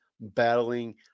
battling